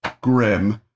grim